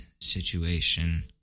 situation